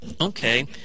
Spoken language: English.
Okay